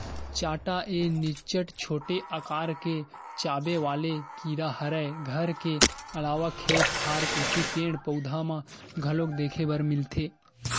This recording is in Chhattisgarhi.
चाटा ए निच्चट छोटे अकार के चाबे वाले कीरा हरय घर के अलावा खेत खार कोती पेड़, पउधा म घलोक देखे बर मिलथे